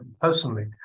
personally